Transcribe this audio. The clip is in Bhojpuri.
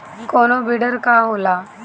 कोनो बिडर का होला?